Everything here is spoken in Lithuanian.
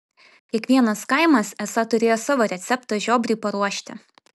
kiekvienas kaimas esą turėjo savo receptą žiobriui paruošti